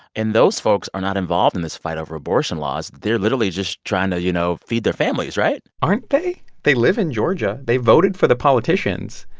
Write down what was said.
and those folks are not involved in this fight over abortion laws. they're literally just trying to, you know, feed their families, right? aren't they? they live in georgia. they voted for the politicians.